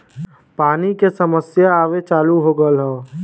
पानी के समस्या आवे चालू हो गयल हौ